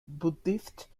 buddhist